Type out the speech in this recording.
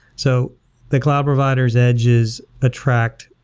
so the club provider s edges attract